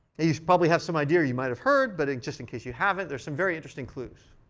you should probably have some idea. you might have heard, but just in case you haven't, there's some very interesting clues.